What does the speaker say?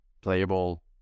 playable